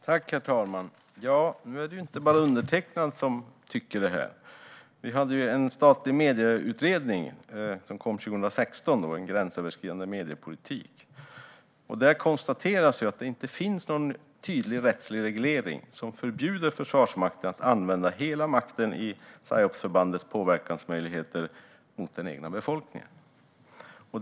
Herr talman! Nu är det ju inte bara undertecknad som tycker så här. I den statliga medieutredning som kom 2016, En gränsöverskridande mediepolitik , konstateras att det inte finns någon tydlig rättsreglering som förbjuder Försvarsmakten att använda hela makten i psyopsförbandets påverkansmöjligheter mot hela befolkningen.